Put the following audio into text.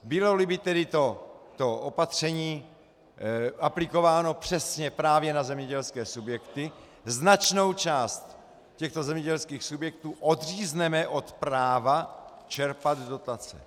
Byloli by tedy to opatření aplikováno přesně právě na zemědělské subjekty, značnou část těchto zemědělských subjektů odřízneme od práva čerpat dotace.